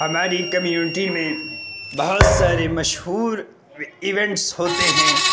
ہماری کمیونٹی میں بہت سارے مشہور ایوینٹس ہوتے ہیں